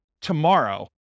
tomorrow